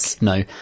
No